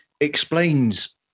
explains